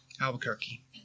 Albuquerque